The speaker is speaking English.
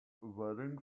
waiting